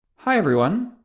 hi, everyone.